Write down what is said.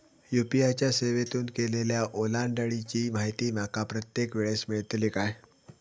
UPI च्या सेवेतून केलेल्या ओलांडाळीची माहिती माका प्रत्येक वेळेस मेलतळी काय?